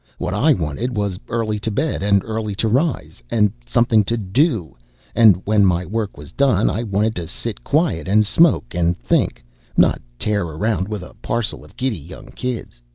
what i wanted was early to bed and early to rise, and something to do and when my work was done, i wanted to sit quiet, and smoke and think not tear around with a parcel of giddy young kids.